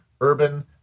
urban